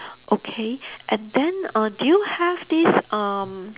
okay and then uh do you have this um